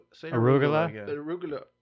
Arugula